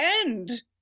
end